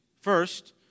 First